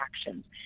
actions